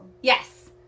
Yes